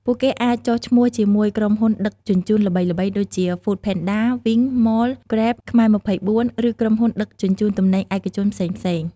ពួកគេអាចចុះឈ្មោះជាមួយក្រុមហ៊ុនដឹកជញ្ជូនល្បីៗដូចជា ហ្វូដផេនដា, វីង ម៉ល, ហ្គ្រេប , ខ្មែរ២៤ ឬក្រុមហ៊ុនដឹកជញ្ជូនទំនិញឯកជនផ្សេងៗ។